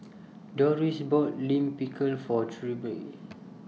Dorris bought Lime Pickle For Trilby